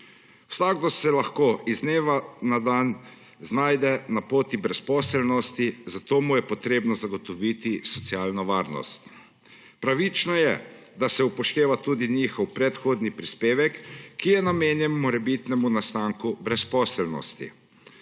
Vsakdo se lahko iz dnevav dan znajde na poti brezposelnosti, zato mu je potrebno zagotoviti socialno varnost. Pravično je, da se upošteva tudi njihov predhodni prispevek, ki je namenjen morebitnemu nastanku brezposelnosti.